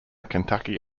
kentucky